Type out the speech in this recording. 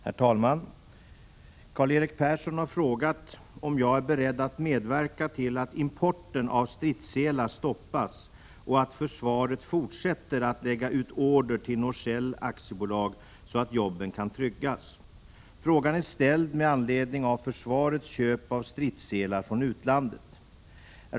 Herr talman! Karl-Erik Persson har frågat om jag är beredd att medverka till att importen av stridsselar stoppas och att försvaret fortsätter att lägga ut order till Norsel AB så att jobben kan tryggas. Frågan är ställd med anledning av försvarets köp av stridsselar från utlandet.